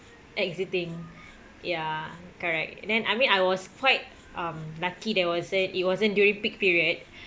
exiting ya correct then I mean I was quite um lucky there was uh it wasn't during peak period